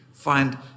find